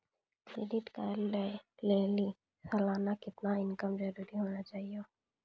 Credit card लय लेली सालाना कितना इनकम जरूरी होना चहियों?